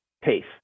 pace